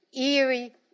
eerie